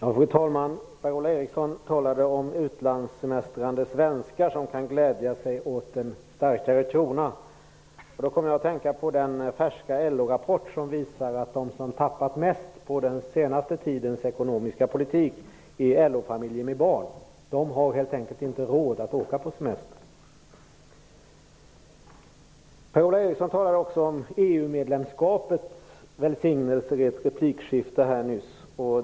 Fru talman! Per-Ola Eriksson talade om utlandssemestrande svenskar som kan glädja sig åt en starkare krona. Då kom jag att tänka på den färska LO rapport som visar att de som tappat mest på den senaste tidens ekonomiska politik är LO-familjer med barn. De har helt enkelt inte råd att åka på semester. Per-Ola Eriksson talade också här nyss i ett replikskifte om EU-medlemskapets välsignelser.